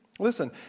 Listen